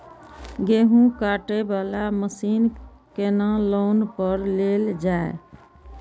गेहूँ काटे वाला मशीन केना लोन पर लेल जाय?